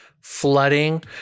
flooding